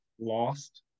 lost